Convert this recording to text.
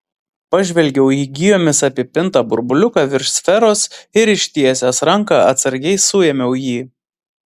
pažvelgiau į gijomis apipintą burbuliuką virš sferos ir ištiesęs ranką atsargiai suėmiau jį